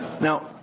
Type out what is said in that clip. now